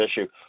issue